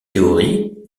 théorie